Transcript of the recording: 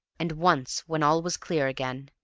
and once when all was clear again.